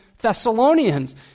Thessalonians